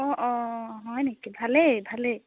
অঁ অঁ হয় নেকি ভালেই ভালেই